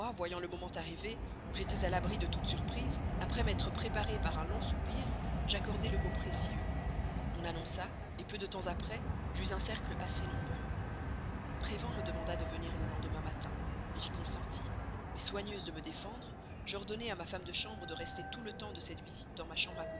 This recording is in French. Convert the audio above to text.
voyant le moment arrivé où j'étais à l'abri de toute surprise après m'être préparée par un long soupir j'accordai le mot précieux on annonça peu de temps après j'eus un cercle assez nombreux prévan me demanda de venir le lendemain matin j'y consentis mais soigneuse de me défendre j'ordonnai à ma femme de chambre de rester tout le temps de cette visite dans ma chambre